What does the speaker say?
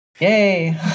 Yay